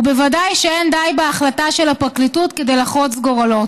וודאי שלא די בהחלטה של הפרקליטות לחרוץ גורלות.